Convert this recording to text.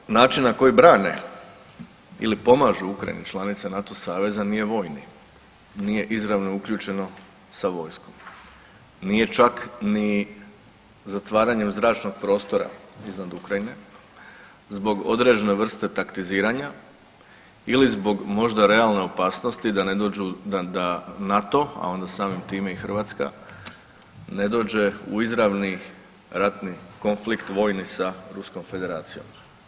Dakle, način na koji brane ili pomažu Ukrajini članice NATO saveza nije vojni, nije izravno uključeno sa vojskom, nije čak ni zatvaranjem zračnog prostora iznad Ukrajine zbog određene vrste taktiziranja ili zbog možda realne opasnosti da NATO, a onda samim time i Hrvatska ne dođe u izravni ratni konflikt sa Ruskom Federacijom.